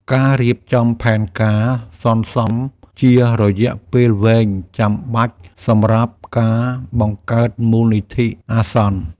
ការរៀបចំផែនការសន្សំជារយៈពេលវែងចាំបាច់សម្រាប់ការបង្កើតមូលនិធិអាសន្ន។